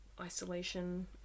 isolation